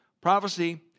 prophecy